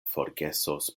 forgesos